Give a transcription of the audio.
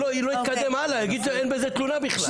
לא יתקדם הלאה, יגיד אין בזה תלונה בכלל.